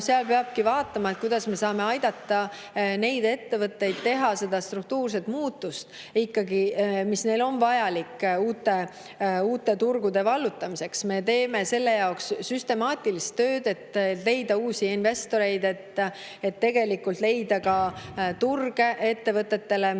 Seal peabki vaatama, kuidas me saame aidata neid ettevõtteid teha ikkagi seda struktuurset muutust, mis on neile vajalik uute turgude vallutamiseks. Me teeme selle jaoks süstemaatilist tööd, et leida uusi investoreid, et leida ka turge ettevõtetele.